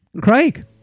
Craig